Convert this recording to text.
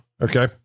Okay